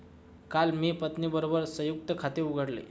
मी काल माझ्या पत्नीबरोबर संयुक्त खाते उघडले